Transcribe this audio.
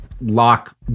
lock